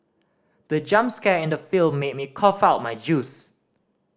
the jump scare in the film made me cough out my juice